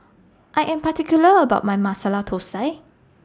I Am particular about My Masala Thosai